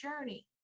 journey